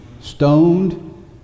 stoned